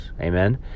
Amen